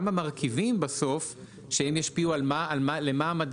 גם המרכיבים בסוף שהם ישפיעו למה המדד